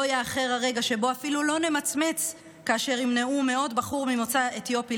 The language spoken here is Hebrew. לא יאחר הרגע שבו אפילו לא נמצמץ כאשר ימנעו מעוד בחור ממוצא אתיופי